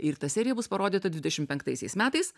ir ta serija bus parodyta dvidešimt penktaisiais metais